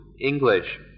English